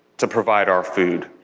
to provide our food.